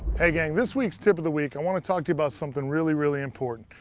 hey, gang, this week's tip of the week i want to talk to you about something really, really important.